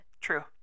True